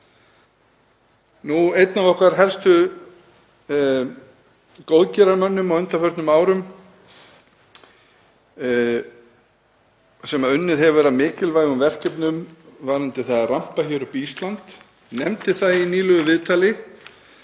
Einn af okkar helstu góðgerðarmönnum á undanförnum árum sem unnið hefur að mikilvægum verkefnum varðandi það að rampa upp Ísland nefndi það í nýlegu viðtali